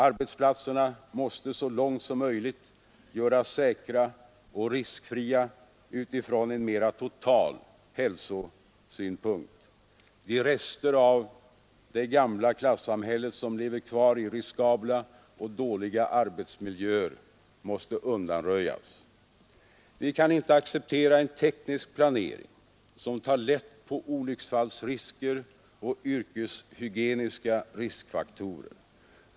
Arbetsplatserna måste så långt som möjligt göras säkra och riskfria utifrån en mera total hälsosyn. De rester av det gamla klassamhället som lever kvar i riskabla och dåliga arbetsmiljöer måste undanröjas. Vi kan inte acceptera en teknisk planering som tar lätt på olycksfallsrisker och yrkeshygieniska riskfaktorer.